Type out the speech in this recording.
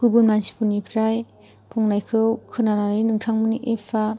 गुबुन मानसिफोरनिफ्राय बुंनायखौ खोनानानै नोंथांमोननि एफा